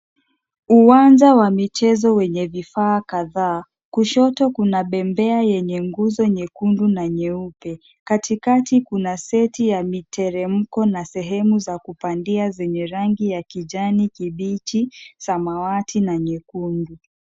Uwanja wa michezo wenye vifaa kadhaa. Kushoto kuna bebea yenye nguzo nyekundu na nyeupe. Katikati kuna seti ya miteremko na sehemu za kupandia zenye rangi ya kijani kibichi, samawati na nyekundu.